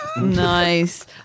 Nice